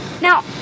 now